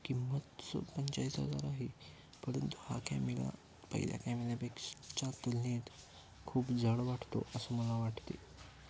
किंमत स पंचेचाळीस हजार आहे परंतु हा कॅमेरा पहिल्या कॅमेरा पेक्सच्या तुलनेत खूप जड वाटतो असं मला वाटते